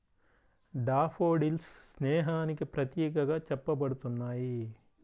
daffodils స్నేహానికి ప్రతీకగా చెప్పబడుతున్నాయి